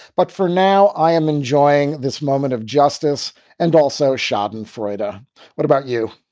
but for now, i am enjoying this moment of justice and also schadenfreude. ah what about you?